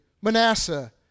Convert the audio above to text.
Manasseh